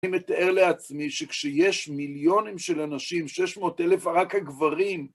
אני מתאר לעצמי שכשיש מיליונים של אנשים, 600,000, רק הגברים,